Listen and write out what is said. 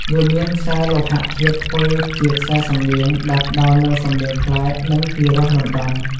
វាមានខ្សែលោហធាតុធ្វើជាខ្សែសំនៀង ដែលផ្តល់នូវសំឡេងប្លែក និងពីរោះរណ្ដំ។